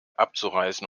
abzureißen